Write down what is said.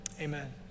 amen